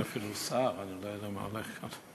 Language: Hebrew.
אין אפילו שר, אז אני לא יודע מה הולך כאן.